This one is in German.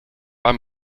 war